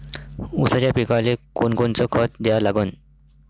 ऊसाच्या पिकाले कोनकोनचं खत द्या लागन?